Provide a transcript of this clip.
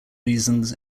reasons